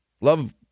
love